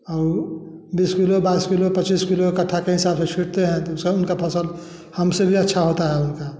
और बीस किलो बाईस कलो पच्चीस किलो काठा के हिसाब से छींटते हैं उसको तो सब फसल हमसे भी अच्छा होता है